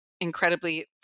incredibly